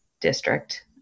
district